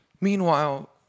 Meanwhile